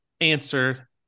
answer